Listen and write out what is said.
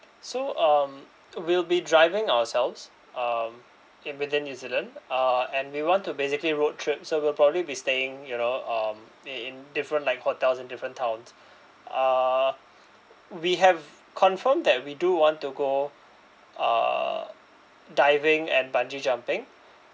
so um we'll be driving ourselves um in within new zealand uh and we want to basically road trip so we'll probably be staying you know um in different like hotels in different towns uh we have confirmed that we do want to go uh diving and bungee jumping